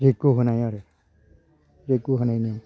जैग्य' होनाय होनाय आरो जैग्य' होनाय नियम